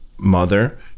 mother